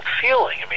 feeling